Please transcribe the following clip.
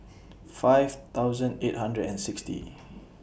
five thousand eight hundred and sixty